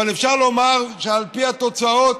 אבל אפשר לומר שעל פי התוצאות,